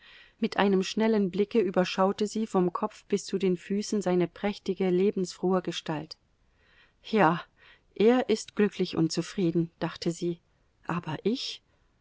mit einem schnellen blicke überschaute sie vom kopf bis zu den füßen seine prächtige lebensfrohe gestalt ja er ist glücklich und zufrieden dachte sie aber ich